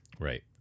Right